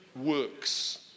works